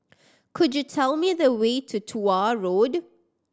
could you tell me the way to Tuah Road